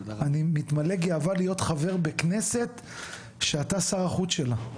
אני מתמלא בגאווה להיות בכנסת שאתה שר החוץ שלה,